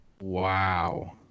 Wow